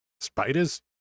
Spiders